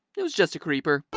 it was just a creeper.